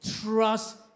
Trust